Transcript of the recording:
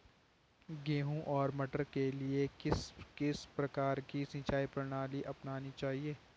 गेहूँ और मटर के लिए किस प्रकार की सिंचाई प्रणाली अपनानी चाहिये?